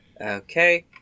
Okay